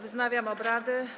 Wznawiam obrady.